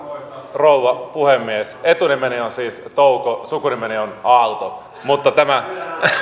rouva puhemies etunimeni on siis touko sukunimeni on aalto tämä